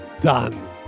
Done